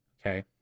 Okay